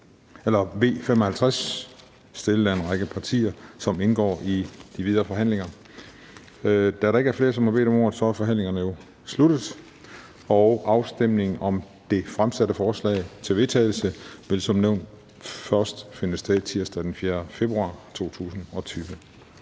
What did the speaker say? V 55, fremsat af en række partier, som indgik i forhandlingerne. Da der ikke er flere, som har bedt om ordet, er forhandlingen sluttet. Afstemningen om det fremsatte forslag til vedtagelse vil som nævnt først finde sted tirsdag den 4. februar 2020.